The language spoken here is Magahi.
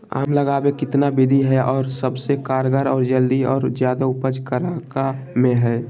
आम लगावे कितना विधि है, और सबसे कारगर और जल्दी और ज्यादा उपज ककरा में है?